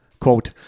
quote